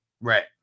right